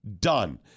Done